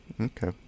Okay